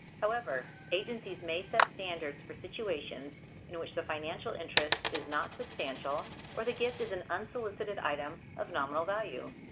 however, agencies may set standards for situations in which the financial interest is not substantial or the gift is an unsolicited item of nominal value.